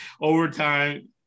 Overtime